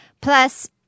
Plus